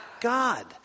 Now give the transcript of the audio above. God